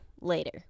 later